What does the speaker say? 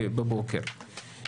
10:00 בבוקר.